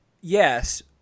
Yes